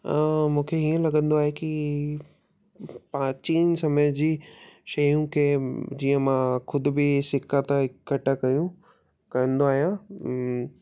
मूंखे हीअं लॻंदो आहे की प्राचीन समय जी शयूं खे जीअं मां ख़ुदि बि सिका था इकठा कयूं कंदो आहियां